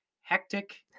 hectic